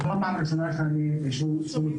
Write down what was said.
אני מכיר רבים מהיושבים פה.